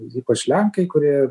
ypač lenkai kurie